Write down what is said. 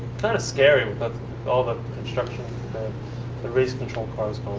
kind of scary with but all the the race-control cars